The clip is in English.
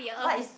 what is